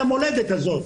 למולדת הזו,